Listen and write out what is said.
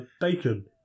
Bacon